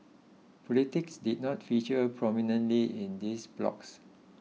politics did not feature prominently in these blogs